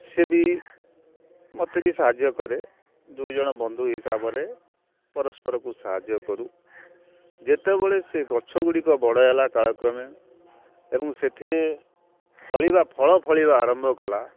ସିଏ ବି ମୋତେ ବି ସାହାଯ୍ୟ କରେ ଦୁଇଜଣ ବନ୍ଧୁ ହିସାବରେ ପରସ୍ପରକୁ ସାହାଯ୍ୟ କରୁ ଯେତେବେଳେ ସେ ଗଛଗୁଡ଼ିକ ବଡ଼ ହେଲା କାଳକ୍ରମେ ଏବଂ ସେଥିରେ ଫଳିବା ଫଳ ଫଳିବା ଆରମ୍ଭ କଲା